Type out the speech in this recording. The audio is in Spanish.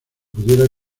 pudiera